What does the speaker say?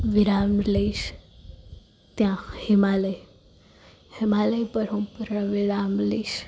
વિરામ લઈશ તે હિમાલય હિમાલય પર હું પૂર્ણવિરામ લઈશ